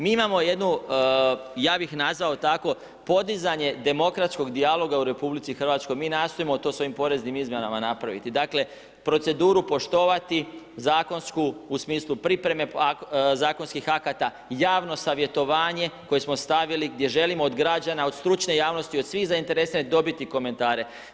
Mi imamo jednu, ja bih nazvao tako, podizanje demokratskog dijaloga u RH, mi nastojimo to svojim poreznim izmjenama napraviti, dakle proceduru poštovati zakonsku u smislu pripreme zakonskih akata, javno savjetovanje koje smo stavili gdje želimo od građana, od stručne javnosti, od svih zainteresiranih dobiti komentare.